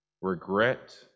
regret